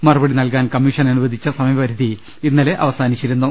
മറുപടി നൽകാൻ commission അനുവദിച്ച സമയപരിധി ഇന്നലെ അവസാനിച്ചിരുന്നു